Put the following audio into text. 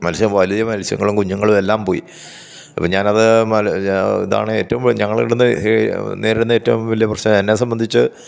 മത്സ്യം വലിയ മത്സ്യങ്ങളും കുഞ്ഞ്ങ്ങളും എല്ലാം പോയി അപ്പോൾ ഞാനത് ഇതാണ് ഏറ്റവും ഞങ്ങള്ട്ന്ന നേരിടുന്ന ഏറ്റവും വലിയ പ്രശ്നം എന്നെ സംബന്ധിച്ച്